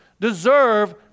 deserve